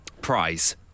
Prize